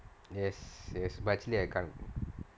yes yes but actually I can't